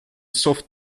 soft